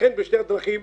לכן בשתי הדרכים,